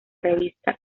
revista